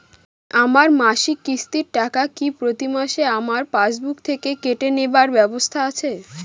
আমার মাসিক কিস্তির টাকা কি প্রতিমাসে আমার পাসবুক থেকে কেটে নেবার ব্যবস্থা আছে?